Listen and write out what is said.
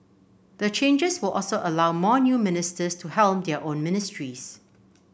the changes will also allow more new ministers to helm their own ministries